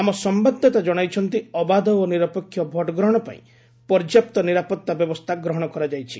ଆମ ସମ୍ଭାଦଦାତା ଜଣାଇଛନ୍ତି ଅବାଧ ଓ ନିରପେକ୍ଷ ଭୋଟ୍ ଗ୍ରହଣ ପାଇଁ ପର୍ଯ୍ୟାପ୍ତ ନିରାପତ୍ତା ବ୍ୟବସ୍ଥା ଗ୍ରହଣ କରାଯାଇଛି